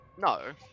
No